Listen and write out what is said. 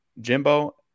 jimbo